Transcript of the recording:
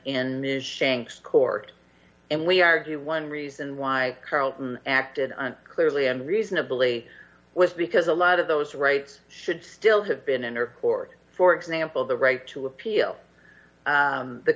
shank's court and we argue one reason why carlton acted on clearly unreasonably was because a lot of those rights should still have been an airport for example the right to appeal